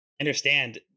understand